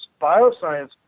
Bioscience